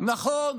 נכון,